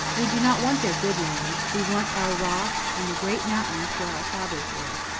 we do not want their good lands we want our rocks and the great mountains where our fathers lived.